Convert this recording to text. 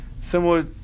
Similar